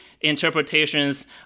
interpretations